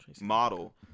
model